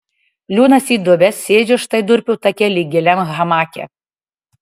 liūnas įdubęs sėdžiu štai durpių take lyg giliam hamake